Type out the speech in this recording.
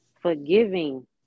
Forgiving